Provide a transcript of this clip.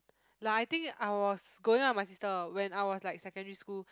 like I think I was going up with my sister when I was like secondary school